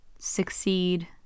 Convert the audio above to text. succeed